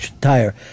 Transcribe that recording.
tire